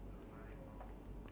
income also